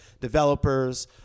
developers